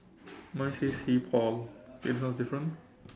mine says hey Paul okay this one is different